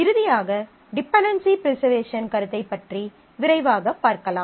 இறுதியாக dependency preservation கருத்தைப் பற்றி விரைவாக ப் பார்க்கலாம்